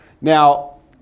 Now